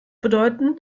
bedeuten